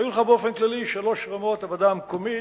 היו לך באופן כללי שלוש רמות: הוועדה המקומית,